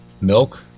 milk